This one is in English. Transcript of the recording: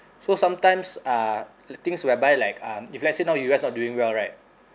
so sometimes uh the things whereby like um if let's say now U_S not doing well right